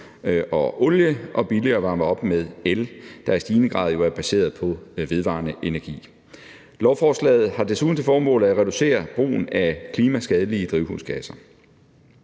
og olie og billigere at varme op med el, der jo i stigende grad er baseret på vedvarende energi. Lovforslaget har desuden til formål at reducere brugen af klimaskadelige drivhusgasser.